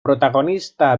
protagonista